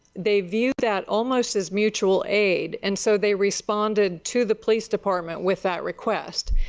they viewed that almost as mutual aid. and so they responded to the police department with that request.